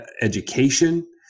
education